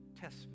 test